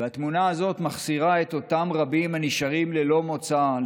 והתמונה הזו מחסירה את אותם רבים הנשארים ללא מוצא,